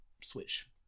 Switch